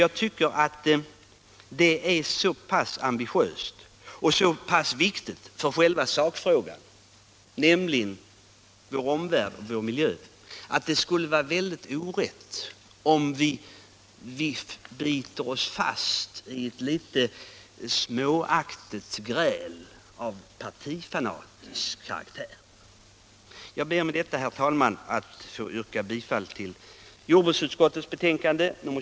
Jag tycker att dessa åtgärder är så pass ambitiösa och angelägna för sakfrågan, nämligen vår omvärld och vår miljö, att det skulle vara orätt om vi nu skulle bita oss fast vid ett litet småaktigt gräl av partifanatisk karaktär.